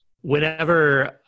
Whenever